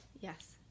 yes